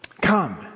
Come